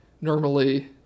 normally